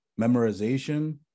memorization